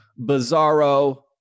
bizarro